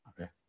Okay